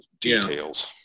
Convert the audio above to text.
details